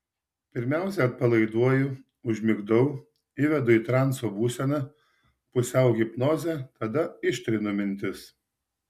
pirmiausia atpalaiduoju užmigdau įvedu į transo būseną pusiau hipnozę tada ištrinu mintis